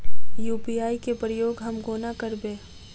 UPI केँ प्रयोग हम कोना करबे?